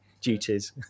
duties